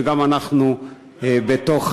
שגם אנחנו בתוך,